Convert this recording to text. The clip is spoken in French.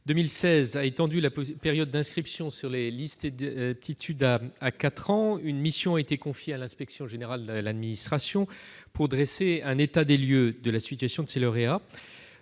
a étendu la période d'inscription sur liste d'aptitude à quatre ans. Une mission a été confiée à l'inspection générale de l'administration pour dresser un état des lieux de la situation des lauréats.